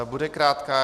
Bude krátká.